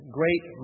great